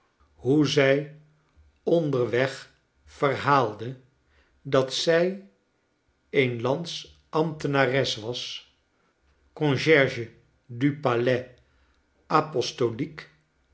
hoe zy onderweg verhaalde dat zij een lands ambtenares was concierge du palais apostolique